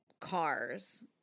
cars